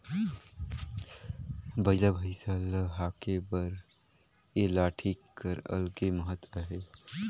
बइला भइसा ल हाके बर ए लाठी कर अलगे महत अहे